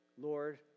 Lord